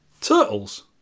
Turtles